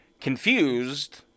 confused